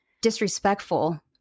disrespectful